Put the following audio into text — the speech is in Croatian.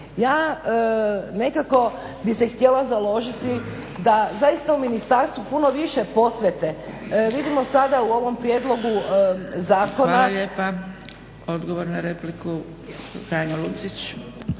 Ja nekako bi se htjela založiti da zaista u ministarstvu puno više posvete. Vidimo sada u ovom prijedlogu zakona… **Zgrebec, Dragica (SDP)** Hvala lijepa. Odgovor na repliku, Franjo Lucić.